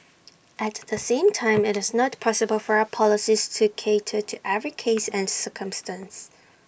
at the same time IT is not possible for our policies to cater to every case and circumstance